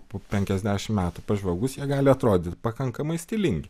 po penkiasdešimt metų pažvelgus jie gali atrodyti pakankamai stilingi